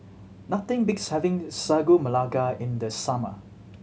nothing beats having Sagu Melaka in the summer